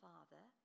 Father